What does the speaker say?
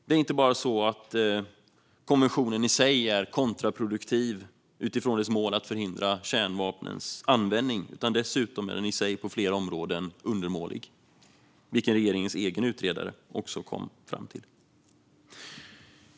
Det är inte bara så att konventionen i sig är kontraproduktiv utifrån dess mål att förhindra kärnvapnens användning. Den är dessutom i sig på flera områden undermålig, vilken regeringens egen utredare också kom fram till.